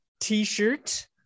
t-shirt